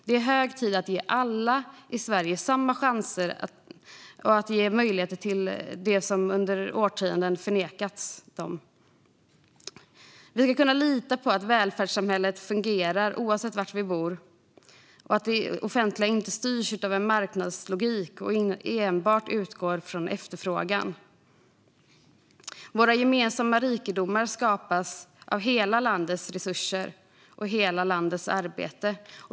Det är hög tid att ge alla i Sverige samma chanser, att ge möjligheterna till dem som under årtionden har blivit nekade dem. Vi ska kunna lita på att välfärdssamhället fungerar oavsett var vi bor. Det offentliga ska inte styras av marknadslogik och enbart utgå från efterfrågan. Våra gemensamma rikedomar skapas av hela landets resurser och hela landets arbete.